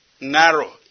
narrow